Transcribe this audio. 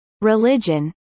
religion